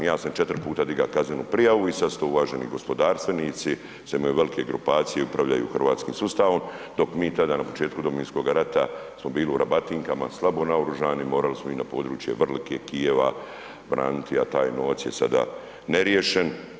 Ja sam 4 puta digao kaznenu prijavu i sad su to uvaženi gospodarstvenici, sada imaju velike grupacije i upravljaju hrvatskim sustavom, dok mi tada na početku Domovinskog rata smo bili u rebatinkama, slabo naoružanim, morali smo i na području Vrlike, Kijeva, braniti, a taj novac je sada neriješen.